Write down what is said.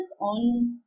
on